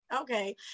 okay